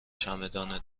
چمدان